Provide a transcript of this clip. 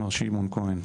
מר שמעון כהן,